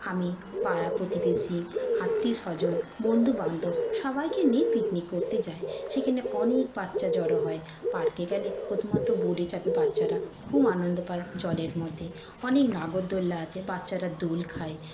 আমি পাড়া প্রতিবেশী আত্মীয়স্বজন বন্ধুবান্ধব সবাইকে নিয়ে পিকনিক করতে যাই সেখানে অনেক বাচ্চা জড়ো হয় পার্কে গেলে প্রথমত বাচ্চারা খুব আনন্দ পায় জলের মধ্যে অনেক নাগরদোলনা আছে বাচ্চারা দোল খায়